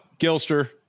Gilster